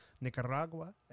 Nicaragua